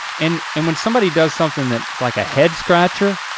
and and when somebody does something that's like a head scratcher,